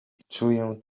czuję